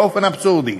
באופן אבסורדי,